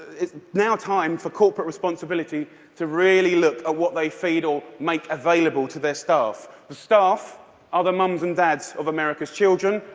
it's now time for corporate responsibility to really look at what they feed or make available to their staff. the staff are the moms and dads of america's children.